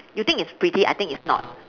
you think it's pretty I think it's not